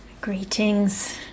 greetings